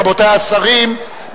רבותי השרים,